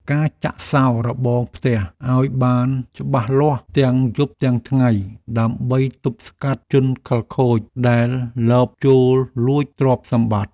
ការចាក់សោរបងផ្ទះឱ្យបានច្បាស់លាស់ទាំងយប់ទាំងថ្ងៃដើម្បីទប់ស្កាត់ជនខិលខូចដែលលបចូលលួចទ្រព្យសម្បត្តិ។